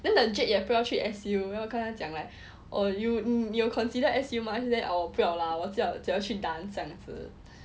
then the jade 也不要去 S_U 我跟他讲 like 你有 consider S_U mah then she say oh 我不要啦我只要去 dance 这样子